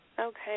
Okay